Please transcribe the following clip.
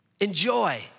enjoy